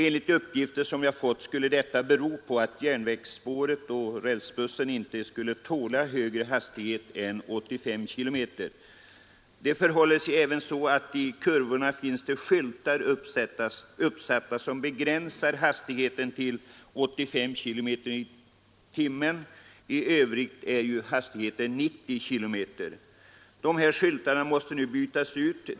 Enligt de uppgifter vi fått skulle detta bero på att järnvägsspåret och rälsbussen inte skulle tåla högre hastighet än 85 km tim. I övrigt är hastigheten 90 km och dessa skyltar måste nu bytas ut.